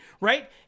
right